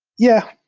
yeah,